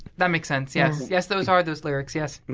that makes sense. yes. yes, those are those lyrics. yes.